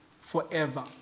forever